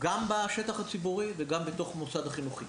גם בשטח הציבורי וגם בתוך המוסד החינוכי.